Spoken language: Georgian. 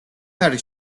არის